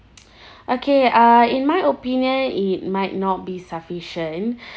okay uh in my opinion it might not be sufficient